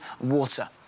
water